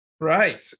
Right